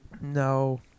No